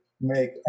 make